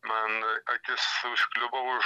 man akis užkliuvo už